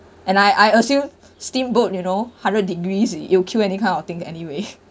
and I I assume steamboat you know hundred degrees you kill any kind of thing anyway